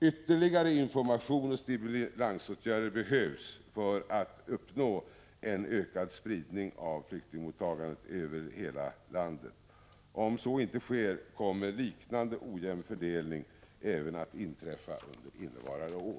Ytterligare information och stimulansåtgärder behövs för att uppnå en ökad spridning av flyktingmottagandet över hela landet. Om så inte sker, kommer liknande ojämn fördelning även att inträffa under innevarande år.